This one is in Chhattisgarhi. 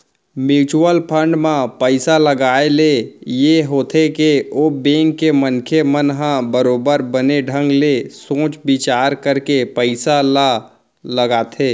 म्युचुअल फंड म पइसा लगाए ले ये होथे के ओ बेंक के मनखे मन ह बरोबर बने ढंग ले सोच बिचार करके पइसा ल लगाथे